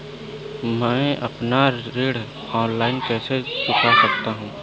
मैं अपना ऋण ऑनलाइन कैसे चुका सकता हूँ?